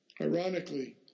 Ironically